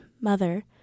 Mother